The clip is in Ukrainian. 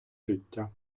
життя